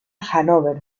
hannover